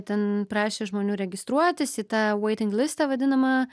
ten prašė žmonių registruotis į tą veitinglistą vadinamą